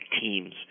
teams